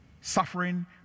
Suffering